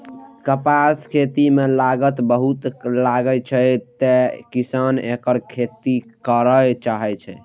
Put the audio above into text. कपासक खेती मे लागत बहुत लागै छै, तें किसान एकर खेती नै करय चाहै छै